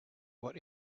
what